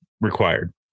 required